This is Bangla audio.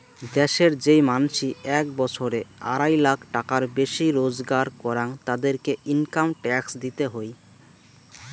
দ্যাশের যেই মানসি এক বছরে আড়াই লাখ টাকার বেশি রোজগার করাং, তাদেরকে ইনকাম ট্যাক্স দিতে হই